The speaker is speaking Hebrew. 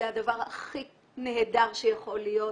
זה הדבר הכי נהדר שיכול להיות.